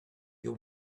you